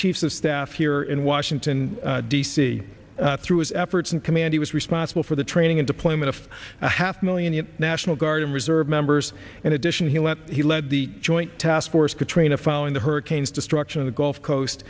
chiefs of staff here in washington d c through his efforts and command he was responsible for the training and deployment of a half million national guard and reserve members in addition he let he lead the joint task force katrina following the hurricanes destruction of the gulf coast